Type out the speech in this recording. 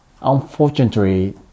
Unfortunately